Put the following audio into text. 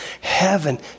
heaven